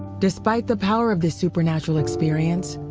despite the power of this supernatural experience,